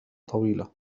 طويلة